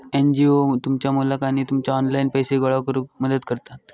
NGO तुमच्या मुलाक आणि तुमका ऑनलाइन पैसे गोळा करूक मदत करतत